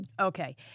Okay